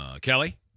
Kelly